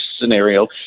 scenario